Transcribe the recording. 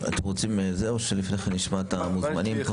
אתם רוצים או שלפני כן נשמע את המוזמנים כאן?